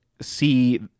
see